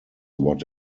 what